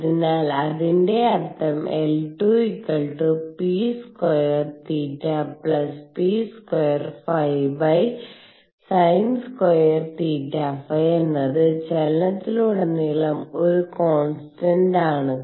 അതിനാൽ അതിന്റെ അർത്ഥം L2 p²θp²ᵩsin²θφ എന്നത് ചലനത്തിലുടനീളം ഒരു കോൺസ്റ്റന്റാണ്